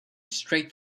straight